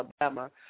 Alabama